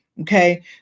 okay